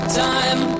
time